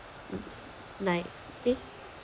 like eh